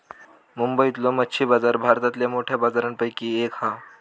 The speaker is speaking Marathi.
मुंबईतलो मच्छी बाजार भारतातल्या मोठ्या बाजारांपैकी एक हा